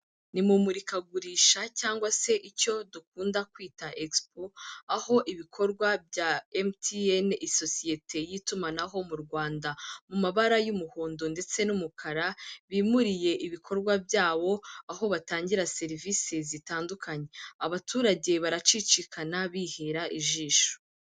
Ni mu imurikagurisha cyangwa se icyo dukunda kwita ekisipo, aho ibikorwa bya emutiyene isosiyete y'itumanaho mu Rwanda. Mu mabara y'umuhondo ndetse n'umukara bimuriye ibikorwa byabo aho batangira serivisi zitandukanye, abaturage baracicikana bihera ijisho.